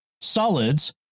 solids